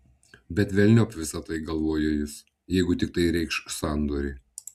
bet velniop visa tai galvojo jis jeigu tik tai reikš sandorį